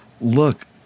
look